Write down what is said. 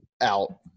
out